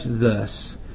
thus